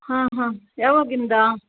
ಹಾಂ ಹಾಂ ಯಾವಾಗಿಂದಾ